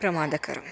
ప్రమాదకరం